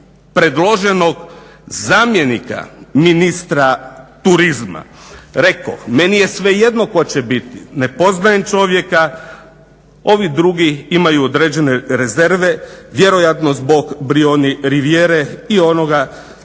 predloženog zamjenika ministra turizma rekoh meni je svejedno tko će biti, ne poznajem čovjeka. Ovi drugi imaju određene rezerve, vjerojatno zbog Brijuni Rivijere i onoga